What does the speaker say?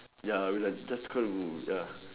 ya we like just try to ya